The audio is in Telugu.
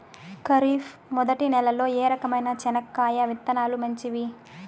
ఖరీఫ్ మొదటి నెల లో ఏ రకమైన చెనక్కాయ విత్తనాలు మంచివి